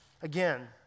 again